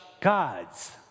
gods